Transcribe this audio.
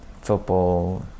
Football